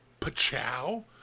Pachow